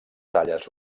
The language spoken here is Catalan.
talles